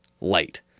light